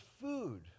food